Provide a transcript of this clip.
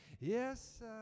yes